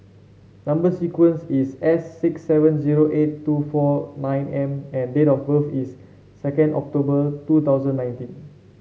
number sequence is S six seven zero eight two four nine M and date of birth is second October two thousand nineteen